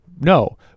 No